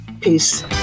Peace